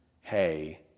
hey